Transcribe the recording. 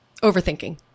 Overthinking